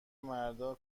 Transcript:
مردا